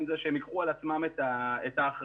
שהם ייקחו על עצמם את האחריות,